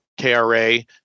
KRA